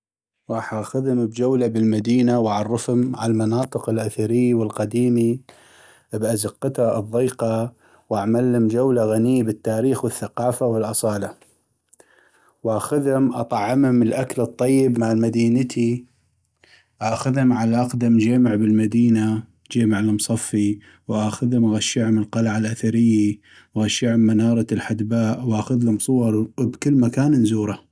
غاح اخذم بجولة بالمدينة و اعرفم على المناطق الاثري والقديمي بازقتا الضيقه واعملم جولة غنيي بالتاريخ والثقافة والاصالة ، واخذم اطعمم الاكل الطيب مال مدينتي ، اخذم على اقدم جيمع بالمدينة جيمع المصفي ، واخذم اغشعم القلعة الاثري ، واغشعم منارة الحدباء واخذلم صور بكل مكان نزوره.